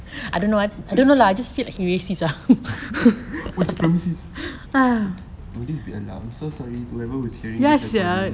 what is would this be alarm so sorry to whoever listening to this recording